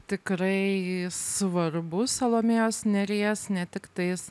tikrai svarbu salomėjos nėries ne tik tais